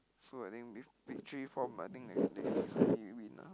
so I think with Victory form I think that wi~ win ah